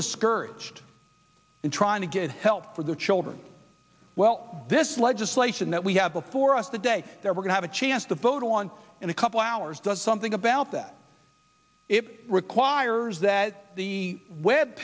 discouraged in trying to get help for their children well this legislation that we have before us the day they're going have a chance to vote on in a couple hours does something about that if it requires that the web